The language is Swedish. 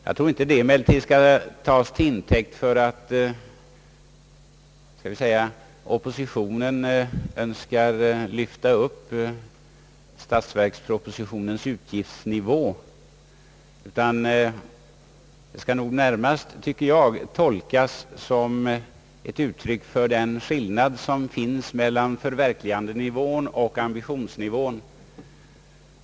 Jag tror emellertid inte att det bör tas till intäkt för att oppositionen önskar lyfta upp statsverkspropositionens utgiftsnivå. Det skall nog närmast, tycker jag, tolkas som ett uttryck för den skillnad som finns mellan förverkligandenivån och ambitionsnivån.